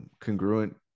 congruent